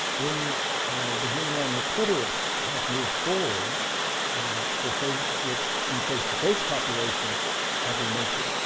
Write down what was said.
in the human line, the clitoris has moved forward for for which in face-to-face copulation probably makes it